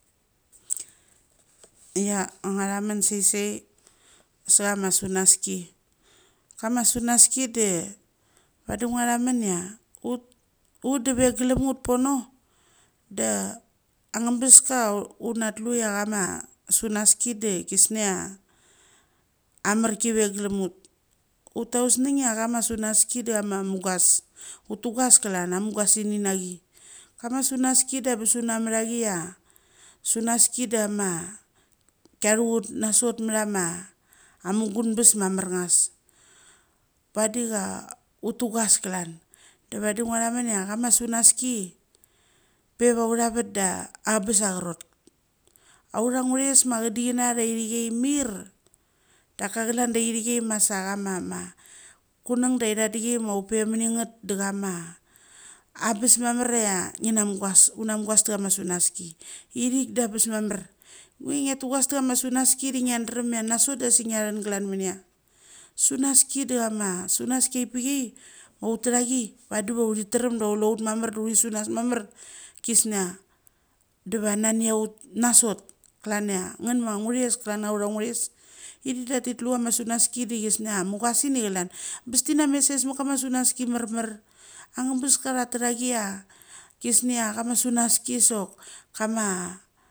Ia anguthamun sai sai kaman sunaski kama sunaski de padi nguathamun ia ut, ut da ve glum ut pono, da anga bes ka una tluia ama sunaski de kisnia amarki ve glum ut. Utausnang ia chama sunaski da kama mugas. Uttugas klan amugasi ninak, kama sunaski ola bes una mitla ki ia sunaski da kama kathu ut nasot matha ma amugunbes ma marngethas padi cha uttugas klan. Da vadi nga thamun ia kama sunaski re va litha vet da a bes a acharot. Autha ngures ma acha di chin nathaithikai mir daka klan da ithikai masa kama ma kuneng daitha dai ma ure muningeth da kama a bes mamar ia nge na mugas una mugas ta kama sunaski ithik da bes mamar nge nga tugas ta kama sunaski de inga drem ia na sot de asick ing thun glan minia. Sunaski da kama sunaski apai ma utraki, vadi va uthi tram dava kuleut mamar du uthi sunas mamar kisnea duva nani aut nasot. Klan ia ngn ma nguras klan ia uranguras. Ithik da nu kama sunaski de kisnia mugasini klan bes tina mes sase sevet kama sunaski marma. Anga bes ka tha traki ia kisnia a sunaski dok kama.